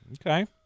Okay